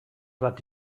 bat